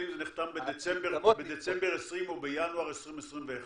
אם זה נחתם בדצמבר 2020 או בינואר 2021?